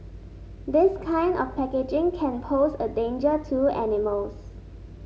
this kind of packaging can pose a danger to animals